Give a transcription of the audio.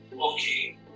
Okay